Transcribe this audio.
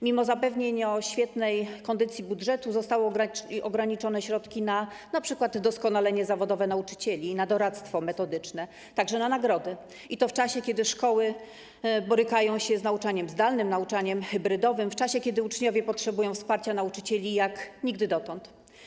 Mimo zapewnień o świetnej kondycji budżetu ograniczone zostały środki np. na doskonalenie zawodowe nauczycieli, na doradztwo metodyczne, a także na nagrody, i to w czasie, kiedy szkoły borykają się z nauczaniem zdalnym, nauczaniem hybrydowym, kiedy uczniowie potrzebują wsparcia nauczycieli jak nigdy dotąd.